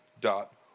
dot